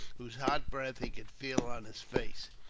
whose hot breath he could feel on his face.